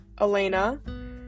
elena